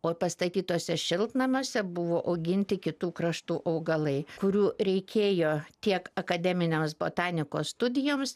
o pastatytuose šiltnamiuose buvo auginti kitų kraštų augalai kurių reikėjo tiek akademinėms botanikos studijoms